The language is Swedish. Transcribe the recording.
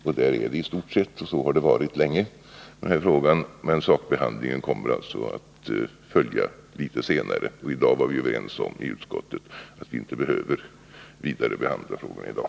Där är vi i stort sett, och så har det varit länge. Sakbehandlingen kommer att följa litet senare, och vi var i utskottet överens om att vi inte behöver vidarebehandla frågan i dag.